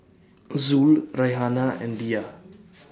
Zul Raihana and Dhia